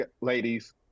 ladies